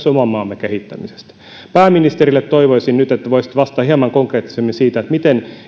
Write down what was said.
oman maamme kehittämisestä pääministerille toivoisin nyt että voisitte vastata hieman konkreettisemmin siihen miten